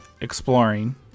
exploring